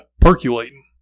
percolating